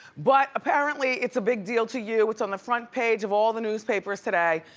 but apparently, it's a big deal to you, it's on the front page of all the newspapers today.